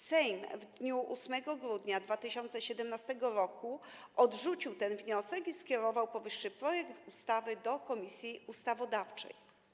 Sejm w dniu 8 grudnia 2017 r. odrzucił ten wniosek i skierował powyższy projekt ustawy do Komisji Ustawodawczej.